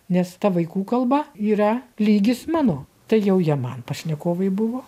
nes ta vaikų kalba yra lygis mano tai jau jie man pašnekovai buvo